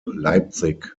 leipzig